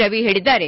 ರವಿ ಹೇಳಿದ್ದಾರೆ